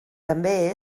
també